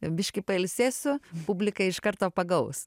biškį pailsėsiu publika iš karto pagaus